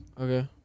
Okay